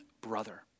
brother